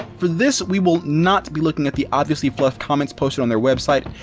for this we will not be looking at the obviously fluff comments posted on their website,